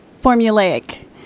formulaic